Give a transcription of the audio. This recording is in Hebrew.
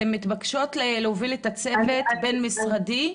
אתן מתבקשות להוביל את הצוות הבין-משרדי,